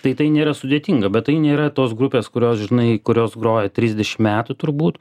tai tai nėra sudėtinga bet tai nėra tos grupės kurios žinai kurios groja trisdešim metų turbūt